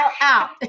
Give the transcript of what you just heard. out